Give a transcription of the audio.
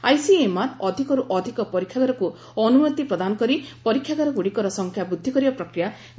ICMR ଅଧିକରୁ ଅଧିକ ପରୀକ୍ଷାଗାରକୁ ଅନୁମତି ପ୍ରଦାନ କରି ପରୀକ୍ଷାଗାରଗୁଡ଼ିକର ସଂଖ୍ୟା ବୃଦ୍ଧି କରିବା ପ୍ରକ୍ରିୟା କାରି ରଖିଛି